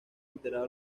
alterado